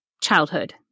childhood